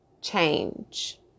change